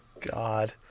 god